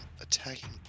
attacking